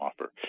offer